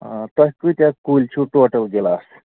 آ تۅہہِ کٲتیٛاہ کُلۍ چھِو ٹوٹل گِلاس